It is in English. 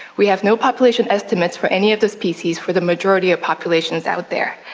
we have no population estimates for any of the species for the majority of populations out there.